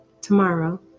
tomorrow